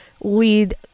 lead